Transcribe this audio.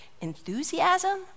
enthusiasm